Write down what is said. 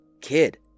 Kid